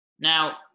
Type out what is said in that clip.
Now